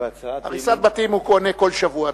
על הריסת בתים הוא עולה כל שבוע.